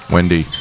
Wendy